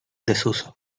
desuso